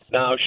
Now